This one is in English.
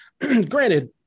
Granted